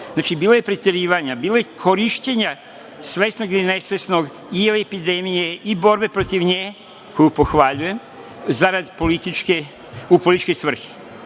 žrtava. Znači, bilo je preterivanja, korišćenja, svesnog ili nesvesnog, i epidemije, i borbe protiv nje, koju pohvaljujem, zarad političke, u političke svrhe.